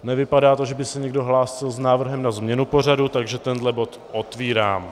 Nevypadá to, že by se někdo hlásil s návrhem na změnu pořadu, takže tenhle bod otvírám.